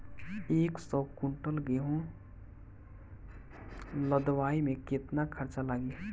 एक सौ कुंटल गेहूं लदवाई में केतना खर्चा लागी?